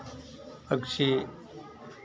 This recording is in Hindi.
पक्षी